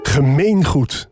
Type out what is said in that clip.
Gemeengoed